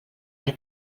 per